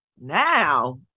Now